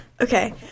Okay